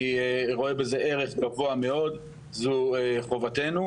אני רואה בזה ערך גבוה מאוד, זו חובתנו.